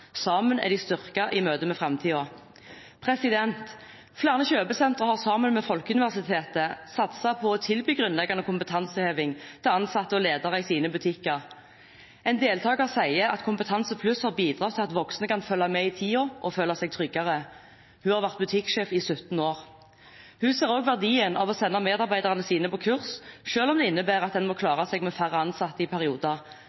Sammen er de styrket i møte med framtiden. Flere kjøpesentre har sammen med Folkeuniversitetet satset på å tilby grunnleggende kompetanseheving til ansatte og ledere i sine butikker. En deltaker sier at Kompetansepluss har bidratt til at voksne kan følge med i tiden og føle seg tryggere. Hun har vært butikksjef i 17 år. Hun ser også verdien av å sende medarbeiderne sine på kurs, selv om det innebærer at en må